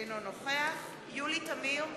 אינו נוכח יולי תמיר,